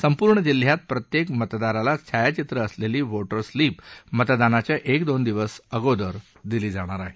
संपूर्ण जिल्ह्यात प्रत्येक मतदाराला छायाचित्र असलेली वोटर स्लीप मतदानाच्या एक दोन दिवस अगोदर दिली जाणार आहे